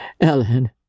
Ellen